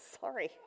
Sorry